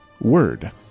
word